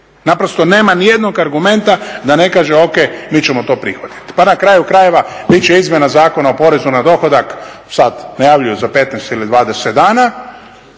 Naprosto nema nijednog argumenta da ne kaže ok, mi ćemo to prihvatiti. Pa na kraju krajeva bit će izmjena Zakona o porezu na dohodak sad najavljuju za 15 ili 20 dana.